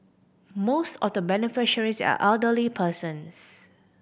most of the beneficiaries are elderly persons